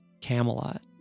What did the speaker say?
Camelot